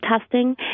testing